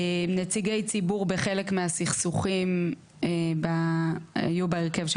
נציגי ציבור בחלק מהסכסוכים היו בהרכב של